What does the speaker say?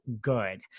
good